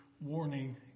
warning